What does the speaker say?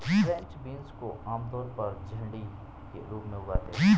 French beans को आमतौर पर झड़ी के रूप में उगाते है